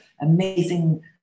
amazing